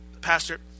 pastor